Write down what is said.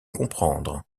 comprendre